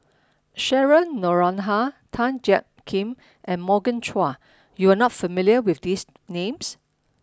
Cheryl Noronha Tan Jiak Kim and Morgan Chua you are not familiar with these names